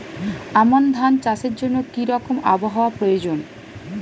আমন ধান চাষের জন্য কি রকম আবহাওয়া প্রয়োজন?